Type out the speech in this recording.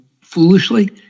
foolishly